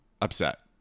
upset